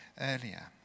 earlier